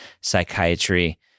psychiatry